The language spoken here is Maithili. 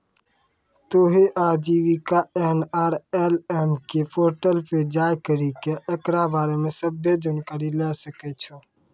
तोहें आजीविका एन.आर.एल.एम के पोर्टल पे जाय करि के एकरा बारे मे सभ्भे जानकारी लै सकै छो